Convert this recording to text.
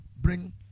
bring